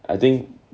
I think